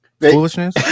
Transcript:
foolishness